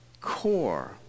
core